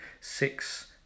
six